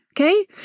okay